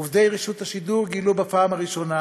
עובדי רשות השידור גילו בפעם הראשונה,